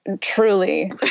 truly